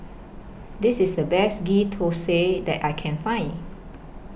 This IS The Best Ghee Thosai that I Can Find